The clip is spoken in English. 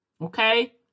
Okay